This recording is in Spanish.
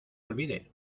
olvide